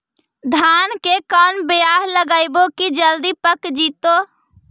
धान के कोन बियाह लगइबै की जल्दी पक जितै?